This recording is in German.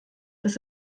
dass